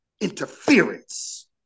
interference